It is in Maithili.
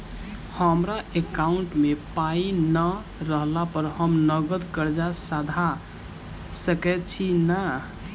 हमरा एकाउंट मे पाई नै रहला पर हम नगद कर्जा सधा सकैत छी नै?